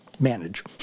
manage